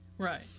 Right